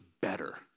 better